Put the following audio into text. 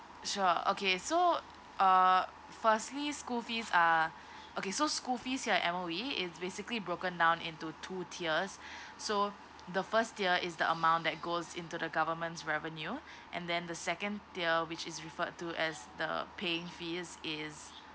sure okay so uh firstly school fees are okay so school fees and M_O_E is basically broken down into two tiers so the first tier is the amount that goes into the government's revenue and then the second tier which is referred to as the paying fees is